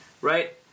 Right